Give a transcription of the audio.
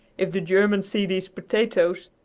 if the germans see these potatoes,